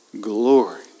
glory